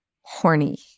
horny